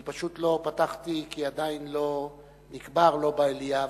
אני פשוט לא פתחתי, כי עדיין לא נקבר לובה אליאב,